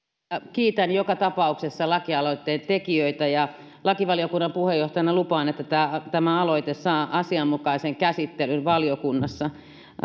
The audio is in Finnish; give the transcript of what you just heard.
kiitän joka tapauksessa lakialoitteen tekijöitä ja lakivaliokunnan puheenjohtajana lupaan että tämä aloite saa asianmukaisen käsittelyn valiokunnassa